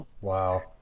Wow